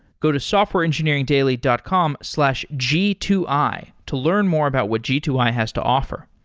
go to softwareengineeringdaily dot com slash g two i to learn more about what g two i has to offer.